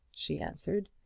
she answered.